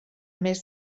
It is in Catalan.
més